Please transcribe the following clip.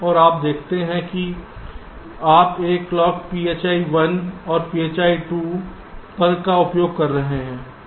और आप देखते हैं कि आप एक क्लॉक phi 1 और phi 2 का उपयोग कर रहे हैं